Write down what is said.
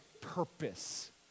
purpose